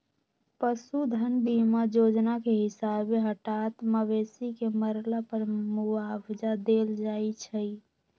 पशु धन बीमा जोजना के हिसाबे हटात मवेशी के मरला पर मुआवजा देल जाइ छइ